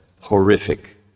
horrific